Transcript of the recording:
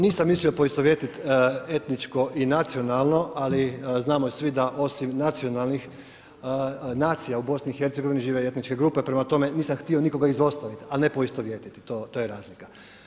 Nisam mislio poistovjetiti etničko i nacionalno, ali znamo svi da osim nacionalnih nacija u BiH-u žive i etničke grupe prema tome, nisam htio nikoga izostaviti a ne poistovjetiti, to je razlika.